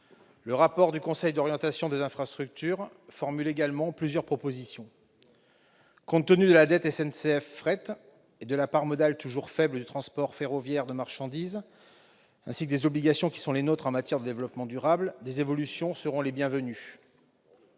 Le rapport du Conseil d'orientation des infrastructures formule également plusieurs propositions. Compte tenu de la dette de SNCF Fret, de la part modale toujours faible du transport ferroviaire de marchandises et des obligations qui sont les nôtres en matière de développement durable, des évolutions seront les bienvenues.